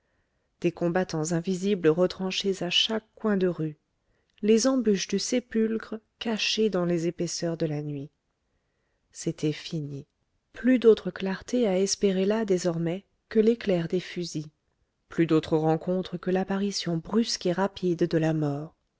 des combattants invisibles retranchés à chaque coin de rue les embûches du sépulcre cachées dans les épaisseurs de la nuit c'était fini plus d'autre clarté à espérer là désormais que l'éclair des fusils plus d'autre rencontre que l'apparition brusque et rapide de la mort